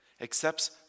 accepts